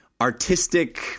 artistic